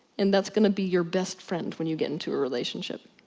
and that's gonna be your best friend when you get into a relationship.